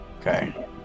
Okay